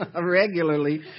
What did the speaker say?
regularly